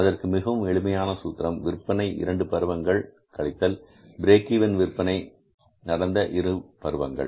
அதற்கு மிகவும் எளிமையான சூத்திரம் விற்பனை இரண்டு பருவங்கள் கழித்தல் பிரேக் ஈவன் விற்பனை விற்பனை நடந்த இரு பருவங்கள்